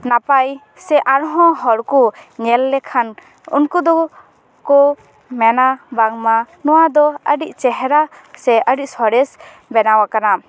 ᱱᱟᱯᱟᱭ ᱥᱮ ᱟᱨᱦᱚᱸ ᱦᱚᱲ ᱠᱚ ᱧᱮᱞ ᱞᱮᱠᱷᱟᱱ ᱩᱱᱠᱩ ᱫᱚ ᱠᱚ ᱢᱮᱱᱟ ᱵᱟᱝᱢᱟ ᱱᱚᱣᱟ ᱫᱚ ᱟᱹᱰᱤ ᱪᱮᱦᱨᱟ ᱥᱮ ᱟᱹᱰᱤ ᱥᱚᱨᱮᱥ ᱵᱮᱱᱟᱣ ᱠᱟᱱᱟ